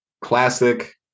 classic